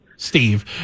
Steve